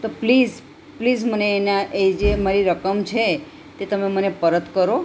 તો please please મને એના એ જે મારી રકમ છે એ તમે મને પરત કરો